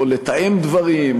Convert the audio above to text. או לתאם דברים,